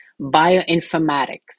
bioinformatics